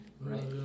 Right